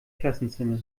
klassenzimmer